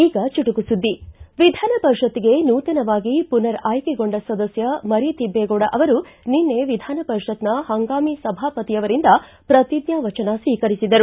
ಈಗ ಚುಟುಕು ಸುದ್ಗಿ ವಿಧಾನ ಪರಿಷತ್ತಿಗೆ ನೂತನವಾಗಿ ಪುನರ್ ಆಯ್ಕೆಗೊಂಡ ಸದಸ್ಯ ಮರಿತಿಬ್ಬೇಗೌಡ ಅವರು ನಿನ್ನೆ ವಿಧಾನ ಪರಿಷತ್ತಿನ ಹಂಗಾಮಿ ಸಭಾಪತಿಯವರಿಂದ ಪ್ರತಿಜ್ಞಾ ವಚನ ಸ್ವೀಕರಿಸಿದರು